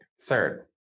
Third